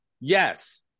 yes